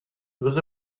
was